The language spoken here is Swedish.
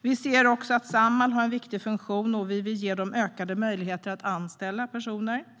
Vi ser också att Samhall har en viktig funktion, och vi vill ge dem ökade möjligheter att anställa personer.